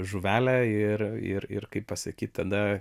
žuvelę ir ir ir kaip pasakyt tada